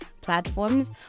platforms